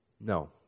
No